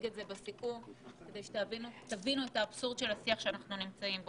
את זה בסיכום כדי שתבינו את האבסורד של השיח בו אנחנו נמצאים.